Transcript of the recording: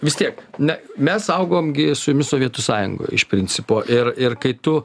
vis tiek ne mes augom gi su jumis sovietų sąjungoj iš principo ir ir kai tu